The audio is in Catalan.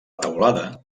teulada